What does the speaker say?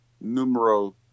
numero